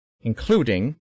including